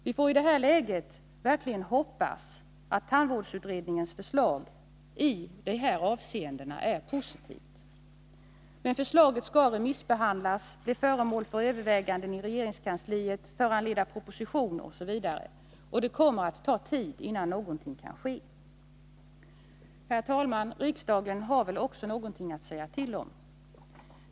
Vi får i det läget verkligen hoppas att tandvårdsutredningens förslag i dessa avseenden är positivt. Men förslaget skall remissbehandlas, bli föremål för överväganden i regeringskansliet, föranleda proposition osv. Det kommer att ta tid innan någonting kan ske. Herr talman! Också riksdagen har väl något att säga till om i detta sammanhang.